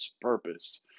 purpose